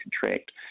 contract